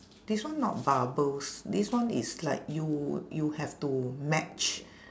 this one not bubbles this one is like you you have to match